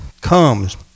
comes